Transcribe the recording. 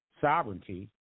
sovereignty